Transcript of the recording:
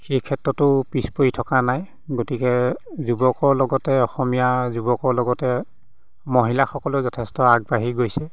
সেই ক্ষেত্ৰতো পিছ পৰি থকা নাই গতিকে যুৱকৰ লগতে অসমীয়া যুৱকৰ লগতে মহিলাসকলো যথেষ্ট আগবাঢ়ি গৈছে